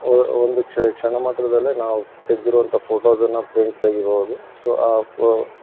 ಒಂದು ಕ್ಷಣ ಮಾತ್ರದಲ್ಲೇ ನಾವು ತೆಗ್ದಿರುವಂಥ ಫೋಟೋಸನ್ನು ಪ್ರಿಂಟ್ ತೆಗೀಬೌದು ಸೊ